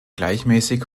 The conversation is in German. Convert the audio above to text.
gleichmäßig